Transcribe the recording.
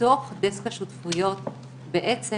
שבתוך דסק השותפויות נמצאים